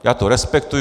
Já to respektuji.